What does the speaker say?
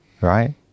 right